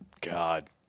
God